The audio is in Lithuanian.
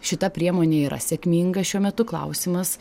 šita priemonė yra sėkminga šiuo metu klausimas